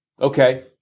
Okay